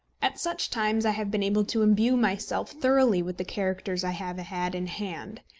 at such times i have been able to imbue myself thoroughly with the characters i have had in hand.